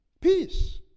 Peace